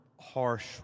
harsh